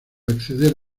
acceder